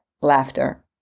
laughter